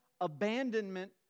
abandonment